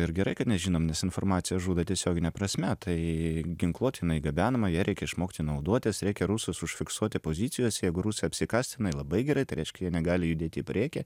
ir gerai kad nežinom nes informacija žudo tiesiogine prasme tai ginkluotė jinai gabenama ja reikia išmokti naudotis reikia rusus užfiksuoti pozicijose jeigu rusai apsikas tenai labai gerai tai reiškia jie negali judėti į priekį